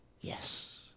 Yes